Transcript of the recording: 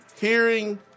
hearing